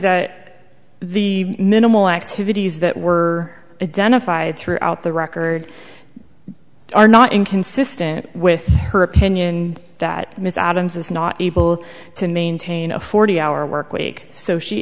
that the minimal activities that were identified throughout the record are not inconsistent with her opinion that miss adams is not able to maintain a forty hour work week so she